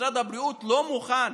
ומשרד הבריאות לא מוכן